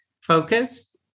focus